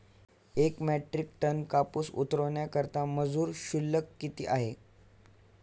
एक metric ton कापूस उतरवण्याकरता मजूर शुल्क किती आहे?